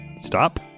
Stop